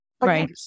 Right